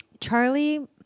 Charlie